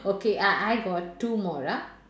okay I I got two more ah